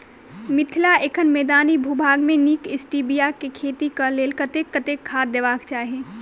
मिथिला एखन मैदानी भूभाग मे नीक स्टीबिया केँ खेती केँ लेल कतेक कतेक खाद देबाक चाहि?